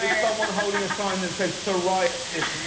someone holding a sign that said psoriasis.